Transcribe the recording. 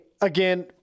again